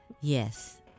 Yes